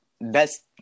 best